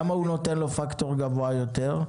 למה הוא נותן לו פקטור גבוה יותר?